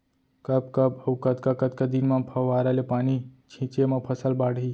कब कब अऊ कतका कतका दिन म फव्वारा ले पानी छिंचे म फसल बाड़ही?